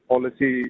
Policy